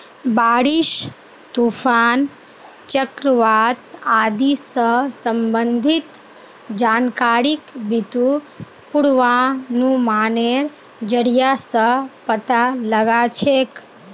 बारिश, तूफान, चक्रवात आदि स संबंधित जानकारिक बितु पूर्वानुमानेर जरिया स पता लगा छेक